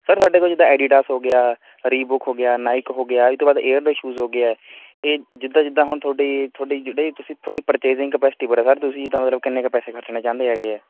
sir ਸਾਡੇ ਕੋਲ ਜਿੱਦਾਂ ਐਡੀਡਾਸ ਹੋ ਗਿਆ ਰੀਬੋਕ ਹੋ ਗਿਆ ਨਾਈਕ ਹੋ ਗਿਆ ਇਹ ਤੋਂ ਬਾਅਦ ਏਅਰ ਦੇ ਸ਼ੂਜ ਹੋ ਗਏ ਹੈ ਇਹ ਜਿੱਦਾਂ ਜਿੱਦਾਂ ਹੁਣ ਤੁਹਾਡੀ ਤੁਹਾਡੀ ਜਿਹੜੀ ਤੁਸੀਂ ਤੁਹਾਡੀ ਪਰਚੇਜਿੰਗ ਕਪੈਸਟੀ ਪਰ ਹੈ ਸਰ ਤੁਸੀਂ ਤਾਂ ਮਤਲਬ ਕਿੰਨੇ ਕੁ ਪੈਸੇ ਖਰਚਣਾ ਚਾਹੁੰਦੇ ਹੈਗੇ ਹੈ